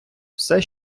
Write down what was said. все